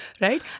right